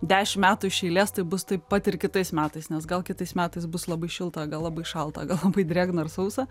dešim metų iš eilės tai bus taip pat ir kitais metais nes gal kitais metais bus labai šilta gal labai šalta gal labai drėgna ir sausa